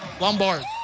Lombard